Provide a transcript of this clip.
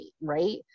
right